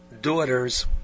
daughters